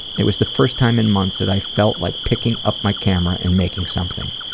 it was the first time in months that i felt like picking up my camera and making something.